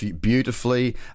beautifully